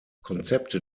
konzepte